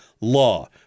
law